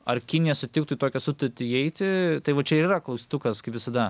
ar kinija sutiktų į tokią sutartį įeiti tai va čia ir yra klaustukas kaip visada